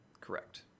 correct